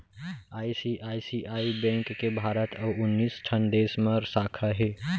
ICICI bank के भारत अउ उन्नीस ठन देस म साखा हे